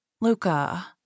Luca